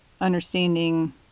understanding